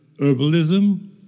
herbalism